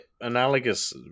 analogous